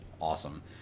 awesome